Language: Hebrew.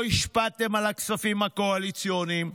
לא השפעתם על הכספים הקואליציוניים,